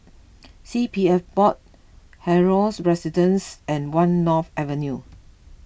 C P F Board Helios Residences and one North Avenue